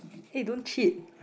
eh don't cheat